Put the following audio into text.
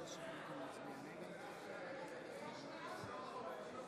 (קוראת בשמות חברי הכנסת)